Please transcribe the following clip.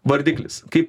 vardiklis kaip